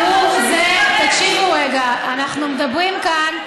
תקשיבו רגע, אנחנו מדברים כאן,